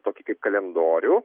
tokį kaip kalendorių